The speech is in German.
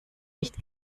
nicht